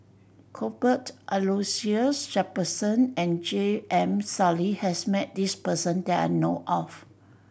Cuthbert Aloysius Shepherdson and J M Sali has met this person that I know of